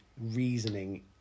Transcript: reasoning